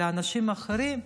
על אנשים אחרים.